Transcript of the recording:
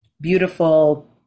beautiful